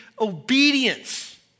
obedience